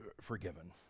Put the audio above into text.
forgiven